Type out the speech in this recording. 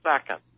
second